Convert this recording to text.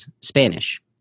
Spanish